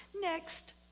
next